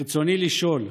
ברצוני לשאול: